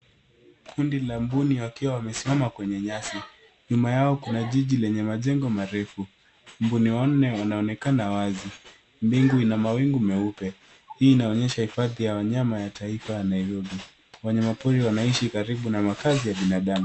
Kundi la mbuni wakiwa wamesimama kwenye nyasi. Nyuma yao kuna jiji lenye majengo marefu. Mbuni wanne wanaonekana wazi. Mbingu ina mawingu meupe. Hii inaonyesha Hifadhi ya Wanyama ya Taifa ya Nairobi. Wanyama pori wanaishi karibu na makazi ya binadamu.